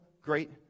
great